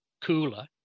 cooler